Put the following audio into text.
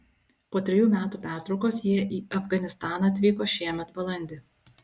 po trejų metų pertraukos jie į afganistaną atvyko šiemet balandį